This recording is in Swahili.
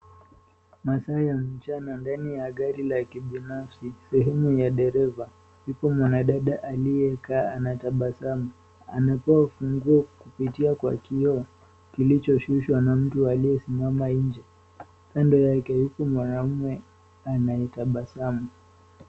Masaa ya mchana ndani ya gari la kibinafsi, sehemu ya dereva, yuko mwanadada aliyekaa anatabasamu. Anapewa funguo kupitia kwa kioo, kilichoshushwa na mtu aliyesimama nje, kando yake huku mwanaume anayetabasamu.